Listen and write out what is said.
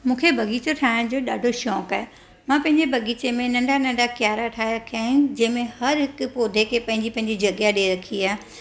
मूंखे बगीजो ठाहिण जो ॾाढो शौंक़ु आहे मां पंहिंजे बगीचे में नंढा नंढा कियारा ठाहे रखिया आहिनि जंहिंमें हर हिकु पौधे खे पंहिंजी पंहिंजी जॻह ॾेई रखी आहे